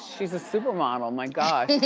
she's a supermodel, my god.